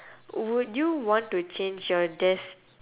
would you want to change your des~